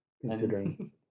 Considering